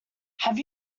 have